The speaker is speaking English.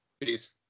Peace